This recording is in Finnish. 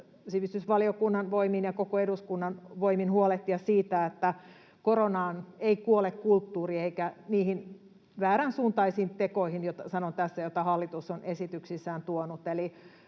sivistysvaliokunnan voimin ja koko eduskunnan voimin huolehtia siitä, että koronaan ei kuole kulttuuri eikä niihin vääränsuuntaisiin tekoihin — sanon tässä — joita hallitus on esityksissään tuonut.